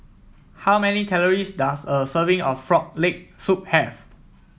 how many calories does a serving of Frog Leg Soup have